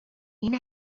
این